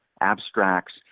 abstracts